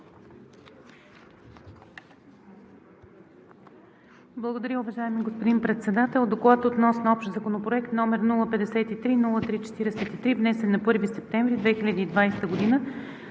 Благодаря, уважаеми господин Председател! „Доклад относно Общ законопроект № 053-03-43, внесен на 1 септември 2020 г. на